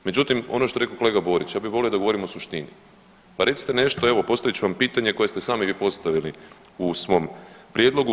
Međutim, ono što je rekao kolega Borić, ja bi volio da govorimo o suštini, pa recite nešto evo postavit ću vam pitanje koje ste sami vi postavili u svom prijedlogu.